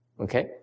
Okay